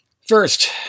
First